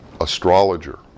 astrologer